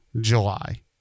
July